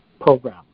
program